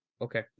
Okay